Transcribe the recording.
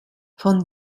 von